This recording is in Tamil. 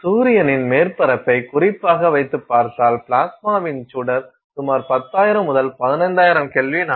சூரியனின் மேற்பரப்பை குறிப்பாக வைத்துப்பார்த்தால் பிளாஸ்மாவின் சுடர் சுமார் 10000 முதல் 15000 K ஆகும்